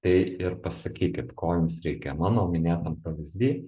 tai ir pasakykit ko jums reikia mano minėtam pavyzdy